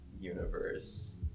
universe